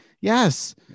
yes